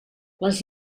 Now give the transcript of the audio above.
les